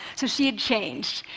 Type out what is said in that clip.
so she had changed.